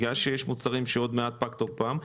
בגלל שיש מוצרים שעוד מעט פג תוקפם,